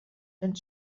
and